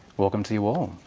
welcome to you all.